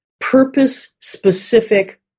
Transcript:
purpose-specific